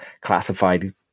classified